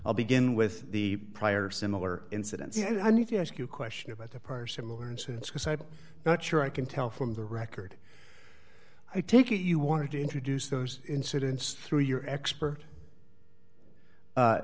i'll begin with the prior similar incidents and i need to ask you a question about the prior similar incidents because i'm not sure i can tell from the record i take it you want to introduce those incidents through your expert